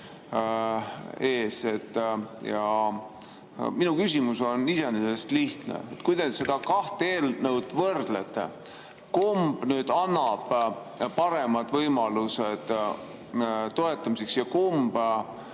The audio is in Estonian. Minu küsimus on iseenesest lihtne: kui te neid kahte eelnõu võrdlete, siis kumb annab paremad võimalused toetamiseks ja kumb